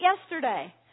yesterday